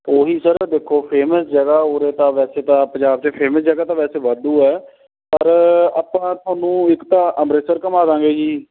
ਉਹੀ ਸਰ ਦੇਖੋ ਫੇਮਸ ਜਗ੍ਹਾ ਉਰੇ ਤਾਂ ਵੈਸੇ ਤਾਂ ਪੰਜਾਬ 'ਚ ਫੇਮਸ ਜਗ੍ਹਾ ਤਾਂ ਵੈਸੇ ਵਾਧੂ ਹੈ ਪਰ ਆਪਾਂ ਤੁਹਾਨੂੰ ਇੱਕ ਤਾਂ ਅੰਮ੍ਰਿਤਸਰ ਘੁੰਮਾ ਦਾਂਗੇ ਜੀ